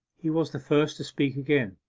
he was the first to speak again.